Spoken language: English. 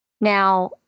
Now